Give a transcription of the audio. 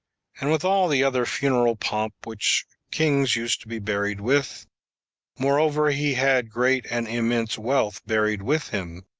and with all the other funeral pomp which kings used to be buried with moreover, he had great and immense wealth buried with him,